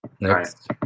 Next